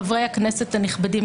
חברי הכנסת הנכבדים,